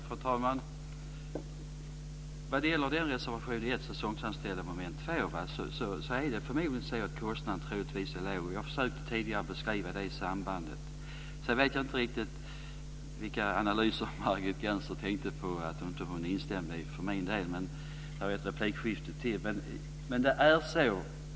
Fru talman! Vad gäller reservation 1 om säsongsanställda under mom. 2 är kostnaden troligtvis låg. Jag försökte tidigare beskriva det sambandet. Jag vet inte riktigt vilka av mina analyser det var som Margit Gennser inte instämde i, men vi har ett replikskifte till.